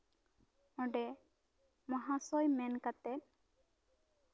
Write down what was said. ᱚᱰᱮᱸ ᱢᱚᱦᱟᱥᱚᱭ ᱢᱮᱱ ᱠᱟᱛᱮᱫ